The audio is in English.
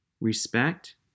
respect